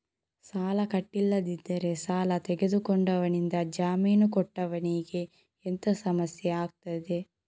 ಸಾಲ ಕಟ್ಟಿಲ್ಲದಿದ್ದರೆ ಸಾಲ ತೆಗೆದುಕೊಂಡವನಿಂದ ಜಾಮೀನು ಕೊಟ್ಟವನಿಗೆ ಎಂತ ಸಮಸ್ಯೆ ಆಗ್ತದೆ?